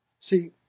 See